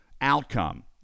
outcome